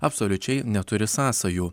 absoliučiai neturi sąsajų